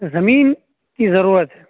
زمین کی ضرورت ہے